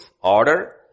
order